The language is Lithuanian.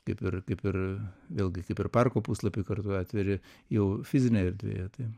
kaip ir kaip ir vėlgi kaip ir parko puslapį kartu atveri jau fizinėj erdvėje tai